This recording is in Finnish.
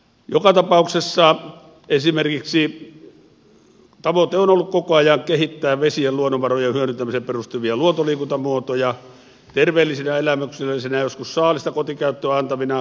joka tapauksessa tavoitteena on ollut koko ajan kehittää vesien luonnonvarojen hyödyntämiseen perustuvia luontoliikuntamuotoja terveellisinä elämyksellisinä joskus saalista kotikäyttöön antavina